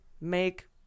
make